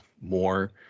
more